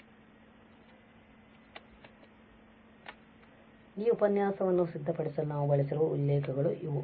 ಆದ್ದರಿಂದ ಈ ಉಪನ್ಯಾಸವನ್ನು ಸಿದ್ಧಪಡಿಸಲು ನಾವು ಬಳಸಿರುವ ಉಲ್ಲೇಖಗಳು ಇವು